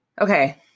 Okay